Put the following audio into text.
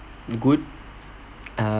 good uh